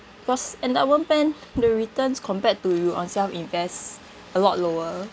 cause endowment plan the returns compared to you own self invest a lot lower